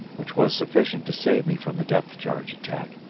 which was sufficient to save me from the depth-charge attack,